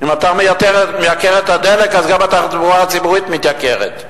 אם אתה מייקר את הדלק אז גם התחבורה הציבורית מתייקרת.